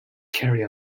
carry